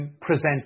present